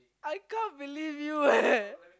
I can't believe you eh